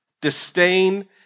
Disdain